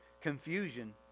confusion